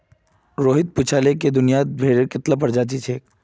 रोहित पूछाले कि दुनियात भेडेर कत्ला प्रजाति छे